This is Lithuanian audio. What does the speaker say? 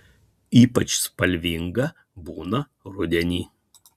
ypač spalvinga būna rudenį